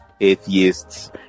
atheists